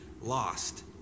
lost